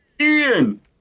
Ian